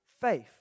faith